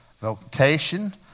vocation